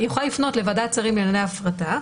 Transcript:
היא יכולה לפנות לוועדת שרים לענייני הפרטה,